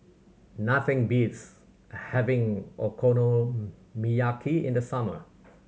nothing beats having Okonomiyaki in the summer